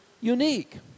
unique